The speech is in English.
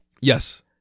Yes